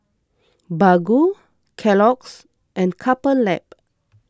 Baggu Kellogg's and Couple Lab